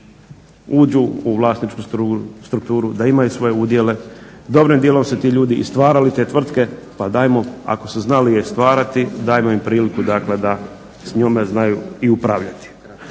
uđu u vlasničku strukturu, da imaju svoje udjele. Dobrim dijelom su ti ljudi i stvarali te vrtke pa dajmo, ako su znali je stvarati dajmo im priliku da s njome znaju i upravljati.